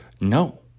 no